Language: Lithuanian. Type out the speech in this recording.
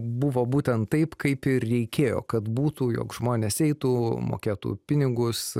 buvo būtent taip kaip ir reikėjo kad būtų jog žmonės eitų mokėtų pinigus